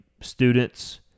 students